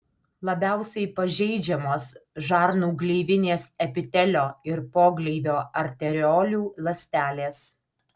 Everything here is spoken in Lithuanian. labiausiai pažeidžiamos žarnų gleivinės epitelio ir pogleivio arteriolių ląstelės